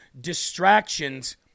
Distractions